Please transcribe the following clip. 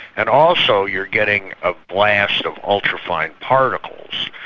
and also you're getting a blast of ultrafine particles,